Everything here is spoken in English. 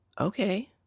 okay